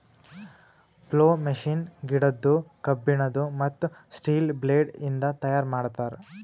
plough machine ಗಿಡದ್ದು, ಕಬ್ಬಿಣದು, ಮತ್ತ್ ಸ್ಟೀಲ ಬ್ಲೇಡ್ ಇಂದ ತೈಯಾರ್ ಮಾಡ್ತರ್